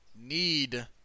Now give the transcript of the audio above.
need